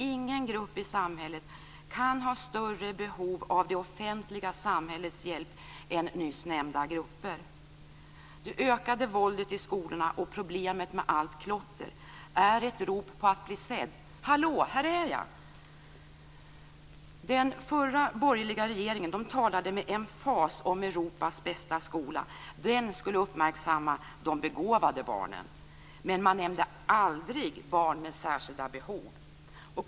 Ingen grupp i samhället kan ha större behov av det offentliga samhällets hjälp än nyss nämnda grupper. Det ökade våldet i skolorna och problemet med allt klotter är ett rop på att bli sedd - hallå, här är jag! Den förra borgerliga regeringen talade med emfas om Europas bästa skola. Den skulle uppmärksamma de begåvade barnen, men man nämnde aldrig barn med särskilda behov.